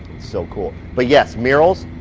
so cool. but yes, murals,